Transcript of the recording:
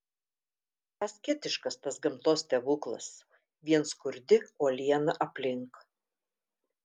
asketiškas tas gamtos stebuklas vien skurdi uoliena aplink